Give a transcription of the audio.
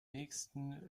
nächsten